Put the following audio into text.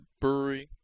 Brewery